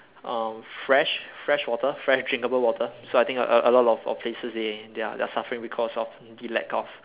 uh fresh fresh water fresh drinkable water so I think a a a lot of of places they they are they are suffering because of the lack of